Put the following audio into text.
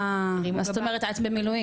מה זאת אומרת את במילואים,